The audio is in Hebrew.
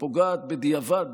היא פוגעת בדיעבד,